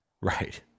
Right